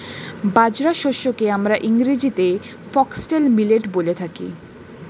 বাজরা শস্যকে আমরা ইংরেজিতে ফক্সটেল মিলেট বলে থাকি